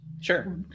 Sure